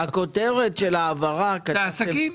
הכותרת של ההעברה זה עסקים,